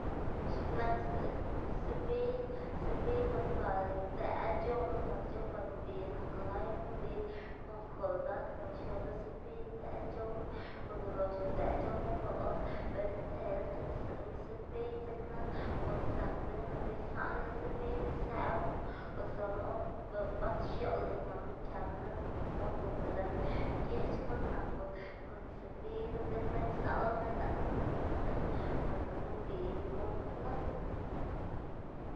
x̱iꞌk nak sepiy, sepiy guꞌn par idëꞌ c̲h̲owma gak c̲h̲owma gak mbi nak layma mbi kon jolgat kon x̱oꞌb lo sepiy idëꞌ c̲h̲owma konda ulox udëꞌ c̲h̲owma dzekna konda or bela stsela c̲h̲uꞌnnstsiꞌnma sepiy dzeknana bos zak dzekna lëꞌma isaꞌnla sepiynu isëꞌblamu o suna or bat xioꞌlda ñama këma lën ba bot o ba lën geꞌch xkuꞌn nak bos kon sepiynu dzekna izaꞌlma lën knu guꞌnnstsiꞌnma par gak mbi bot knu.